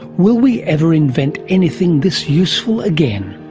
will we ever invent anything this useful again?